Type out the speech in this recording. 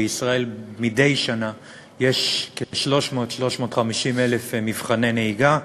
בישראל יש מדי שנה 300,000 350,000 מבחני נהיגה.